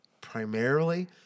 primarily